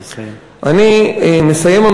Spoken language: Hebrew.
אני מסיים,